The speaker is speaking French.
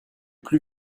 plus